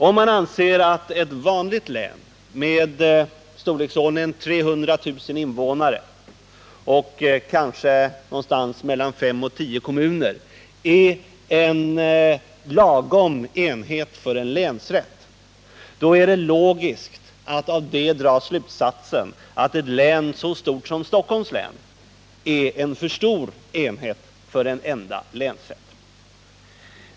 Om man anser att ett län i storleksordningen 300000 invånare och kanske mellan fem och tio kommuner är en lagom enhet för en länsrätt, är det logiskt att av det dra slutsatsen att ett län så stort som Stockholms län är en för stor enhet för en enda länsrätt.